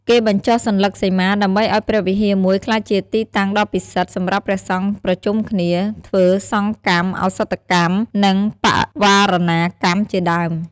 គេបញ្ចុះសន្លឹកសីមា ដើម្បីឱ្យព្រះវិហារមួយ ក្លាយជាទីតាំងដ៏ពិសិដ្ឋ សម្រាប់ព្រះសង្ឃប្រជុំគ្នា ធ្វើសង្ឃកម្មឧបោសថកម្ម និងបវារណាកម្មជាដើម។